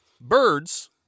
Birds